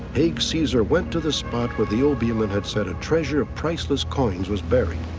haig caesar went to the spot where the obeah man had said a treasure of priceless coins was buried.